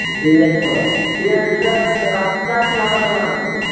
ঠিক আছে দাদা ঠিক আছে বিকালে দেখা হচ্ছে রাত্রের দিকে আসছি নটা সাড়ে নটার দিকে